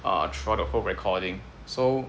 uh throughout the whole recording so